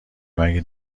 مگه